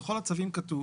בכל הצווים כתוב